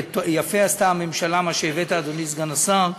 ויפה עשתה הממשלה, מה שהבאת, אדוני סגן השר,